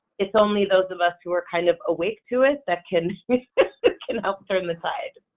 it's only those of us who are kind of awake to it that can it can help turn the tide.